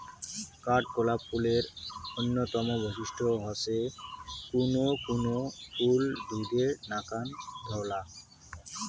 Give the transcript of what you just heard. কাঠগোলাপ ফুলের অইন্যতম বৈশিষ্ট্য হসে কুনো কুনো ফুল দুধের নাকান ধওলা